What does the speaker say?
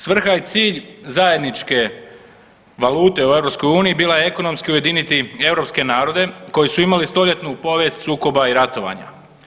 Svrha i cilj zajedničke valute u EU bila je ekonomski ujediniti europske narode koji su imali stoljetnu povijest sukoba i ratovanja.